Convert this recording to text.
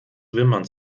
wimmern